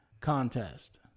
contest